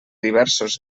diversos